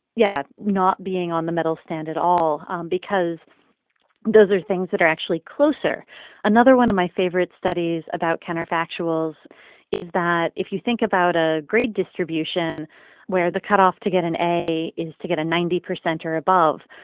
yeah, not being on the medal stand at all um because those are things that are actually closer another one of my favorite studies about counterfactuals is that if you think about a grade distribution where the cut off to get an a is to get a ninety percent or above,